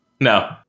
No